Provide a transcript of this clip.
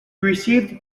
received